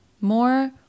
more